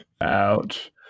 Ouch